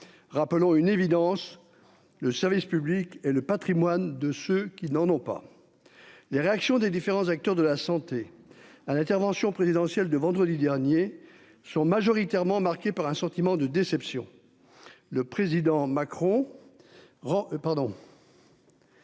rappelons une évidence. Le service public et le Patrimoine de ceux qui n'en ont pas. Les réactions des différents acteurs de la santé à l'intervention présidentielle de vendredi dernier sont majoritairement marquée par un sentiment de déception. Le président Macron. Rend pardon.--